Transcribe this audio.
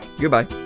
Goodbye